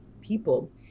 people